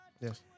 Yes